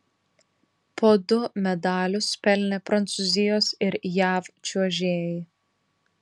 po du medalius pelnė prancūzijos ir jav čiuožėjai